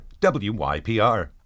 WYPR